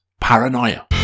Paranoia